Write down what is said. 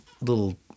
little